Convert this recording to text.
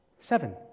seven